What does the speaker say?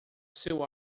seu